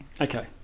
Okay